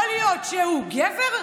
יכול להיות שהוא גבר?